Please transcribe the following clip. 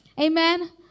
Amen